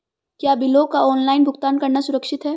क्या बिलों का ऑनलाइन भुगतान करना सुरक्षित है?